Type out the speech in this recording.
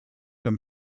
them